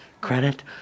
credit